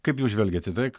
kaip jūs žvelgiat į tai